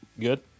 good